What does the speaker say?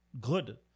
good